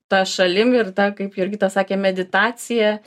ta šalim ir ta kaip jurgita sakė meditacija